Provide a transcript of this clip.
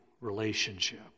relationship